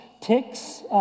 Ticks